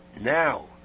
now